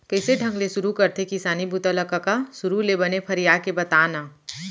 कइसे ढंग ले सुरू करथे किसानी बूता ल कका? सुरू ले बने फरिया के बता न